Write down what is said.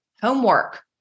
homework